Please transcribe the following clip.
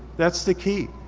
that's the key,